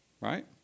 right